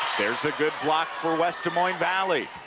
there's a good block for west des moines valley.